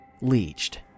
Leached